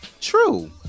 True